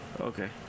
Okay